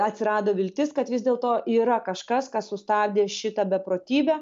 atsirado viltis kad vis dėlto yra kažkas kas sustabdė šitą beprotybę